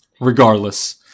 Regardless